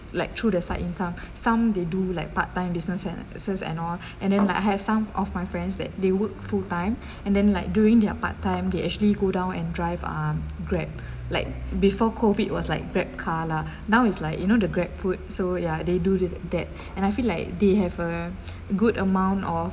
like through the side income some they do like part time business and and all and then like have some of my friends that they work full time and then like doing their part time they actually go down and drive um Grab like before COVID was like GrabCar lah now is like you know the GrabFood so ya they do the that and I feel like they have a good amount of